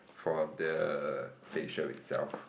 for the facial itself